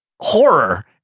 horror